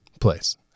place